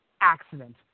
accident